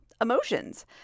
emotions